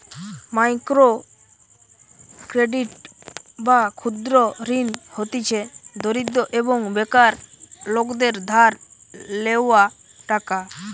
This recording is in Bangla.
মাইক্রো ক্রেডিট বা ক্ষুদ্র ঋণ হতিছে দরিদ্র এবং বেকার লোকদের ধার লেওয়া টাকা